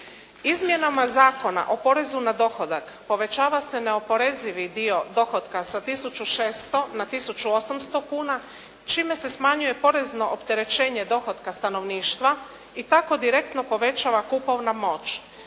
Izmjenama Zakona o porezu na dohodak povećava se neoporezivi dio dohotka sa tisuću 600 na tisuću 800 kuna, čime se smanjuje porezno opterećenje dohotka stanovništva i tako direktno povećava kupovna moć.